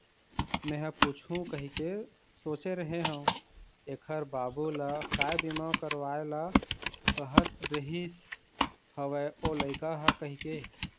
मेंहा पूछहूँ कहिके सोचे रेहे हव ऐखर बाबू ल काय बीमा करवाय ल कहत रिहिस हवय ओ लइका ह कहिके